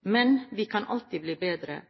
men vi kan alltid bli bedre.